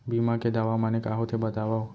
बीमा के दावा माने का होथे बतावव?